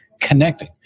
connecting